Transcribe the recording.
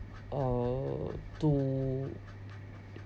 uh to